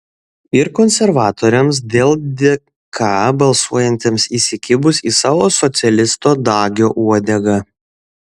ir konservatoriams dėl dk balsuojantiems įsikibus į savo socialisto dagio uodegą